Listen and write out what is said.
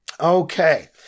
Okay